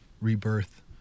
rebirth